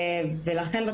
לכן,